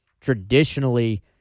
traditionally